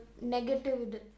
negative